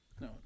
No